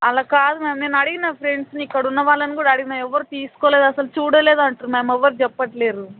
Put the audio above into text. అలా కాదు మ్యామ్ నేను అడిగిన ఫ్రెండ్స్ని ఇక్కడ ఉన్న వాళ్ళని కూడా అడిగిన ఎవరు తీసుకోలేదు అసలు చూడలేదు అంటుర్రు మ్యామ్ ఎవరు చెప్పట్లేరు